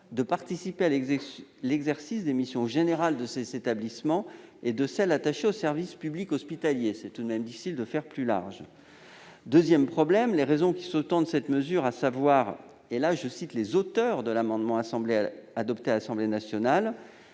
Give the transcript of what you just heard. de « participer à l'exercice des missions générales de ces établissements et de celles attachées au service public hospitalier. » Il est tout de même difficile de faire plus large ! Un deuxième problème est lié aux raisons qui sous-tendent cette mesure. À cet égard, permettez-moi de citer les auteurs de l'amendement adopté à l'Assemblée nationale